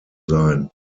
sein